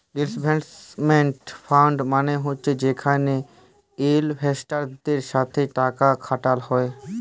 investment fund মালে হছে যেখালে ইলভেস্টারদের সাথে টাকা খাটাল হ্যয়